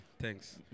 thanks